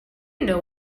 know